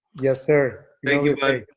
yes, sir. thank you, bud.